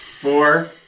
four